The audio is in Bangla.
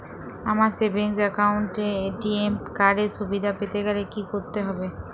আমার সেভিংস একাউন্ট এ এ.টি.এম কার্ড এর সুবিধা পেতে গেলে কি করতে হবে?